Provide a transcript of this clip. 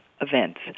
events